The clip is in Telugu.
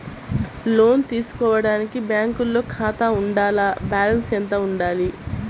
లోను తీసుకోవడానికి బ్యాంకులో ఖాతా ఉండాల? బాలన్స్ ఎంత వుండాలి?